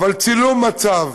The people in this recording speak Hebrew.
אבל צילום המצב